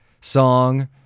song